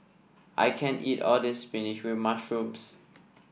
I can't eat all of this spinach with mushroom